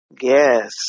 Yes